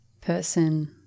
person